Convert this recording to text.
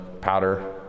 powder